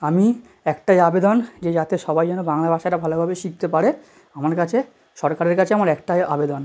আমি একটাই আবেদন যে যাতে সবাই যেন বাংলা ভাষটা ভালোভাবে শিকতে পারে আমার কাছে সরকারের কাছে আমার একটাই আবেদন